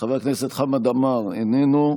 חבר הכנסת חמד עמאר, איננו.